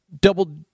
double